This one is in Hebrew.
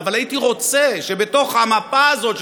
אבל הייתי רוצה שבתוך המפה הזאת,